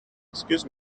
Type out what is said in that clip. excuse